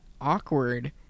awkward